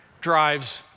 drives